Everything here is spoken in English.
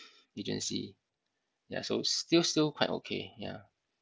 agency ya so still still quite okay yeah